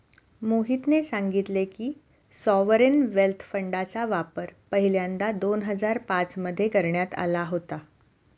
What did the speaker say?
मोहितने सांगितले की, सॉवरेन वेल्थ फंडचा वापर पहिल्यांदा दोन हजार पाच मध्ये करण्यात आला होता